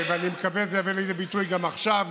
ואני מקווה שזה יבוא לידי ביטוי גם עכשיו,